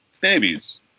babies